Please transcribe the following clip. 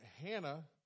Hannah